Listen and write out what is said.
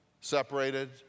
separated